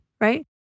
right